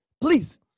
please